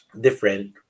different